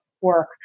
work